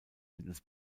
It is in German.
mittels